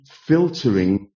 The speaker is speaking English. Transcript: filtering